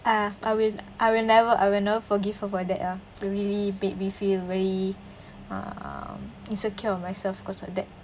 ah I will I will never I will not forgive her for that ah really made me feel very um insecure of myself because of that